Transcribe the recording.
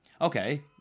Okay